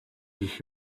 гэх